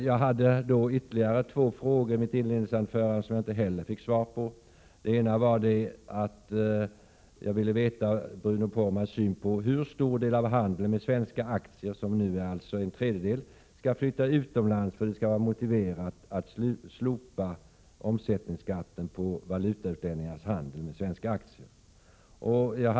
Jag ställde i mitt inledningsanförande ytterligare två frågor, som jag inte heller fick svar på. Den ena frågan gällde Bruno Poromaas syn på hur stor del av handeln med svenska aktier — för närvarande är det en tredjedel — som skall flytta utomlands för att det skall vara motiverat att slopa omsättningsskatten på valutautlänningars handel med svenska aktier.